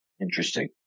Interesting